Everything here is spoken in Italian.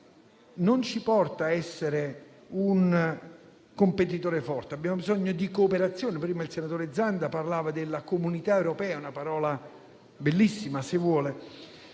non ci porta a essere un competitore forte, ma abbiamo bisogno di cooperazione. Prima il senatore Zanda parlava della Comunità europea, usando una parola bellissima, per